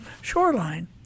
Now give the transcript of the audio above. shoreline